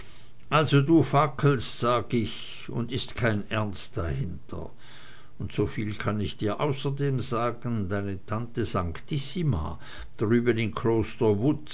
also du fackelst sag ich und ist kein ernst dahinter und soviel kann ich dir außer dem sagen deine tante sanctissima drüben in kloster